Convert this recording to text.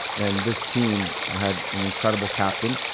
and this team had an incredible captain,